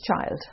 child